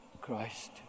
Christ